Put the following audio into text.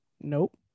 Nope